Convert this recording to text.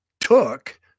took